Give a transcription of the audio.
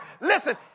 listen